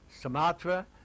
sumatra